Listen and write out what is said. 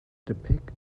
depict